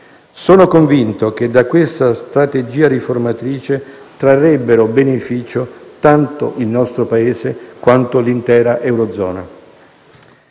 Sono convinto che da questa strategia riformatrice trarrebbero beneficio tanto il nostro Paese quanto l'intera eurozona.